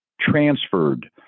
transferred